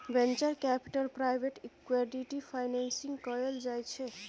venture capital private equity financing कएल जाइ छै